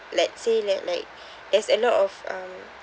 let's say like like there's a lot of um